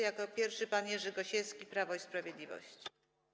Jako pierwszy pan Jerzy Gosiewski, Prawo i Sprawiedliwość.